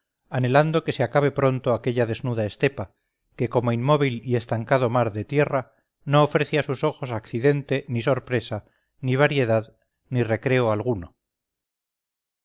anhelando que se acabe pronto aquella desnuda estepa que como inmóvil y estancado mar de tierra no ofrece a sus ojos accidente ni sorpresa ni variedad ni recreo alguno